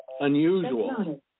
Unusual